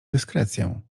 dyskrecję